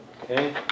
Okay